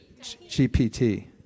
GPT